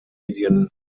medien